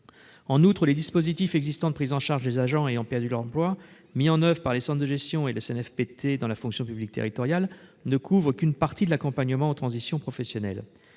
En outre, les dispositifs de prise en charge des agents ayant perdu leur emploi mis en oeuvre par les centres de gestion et le CNFPT dans la fonction publique territoriale ne couvrent qu'une partie de l'accompagnement en transition professionnelle.